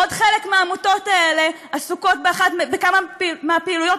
עוד חלק מהעמותות האלה עסוקות בכמה מהפעילויות